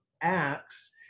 Acts